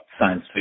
science